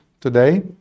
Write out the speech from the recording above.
today